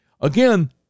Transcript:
again